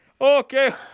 Okay